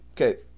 Okay